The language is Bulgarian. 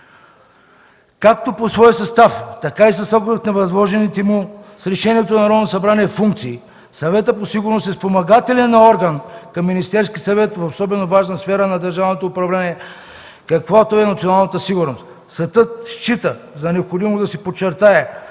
„Както по своя състав, така и с оглед на възложените му с решението на Народното събрание функции, Съветът по сигурност е спомагателен орган към Министерския съвет в особено важна сфера на държавното управление, каквато е националната сигурност. Съдът счита за необходимо да се подчертае,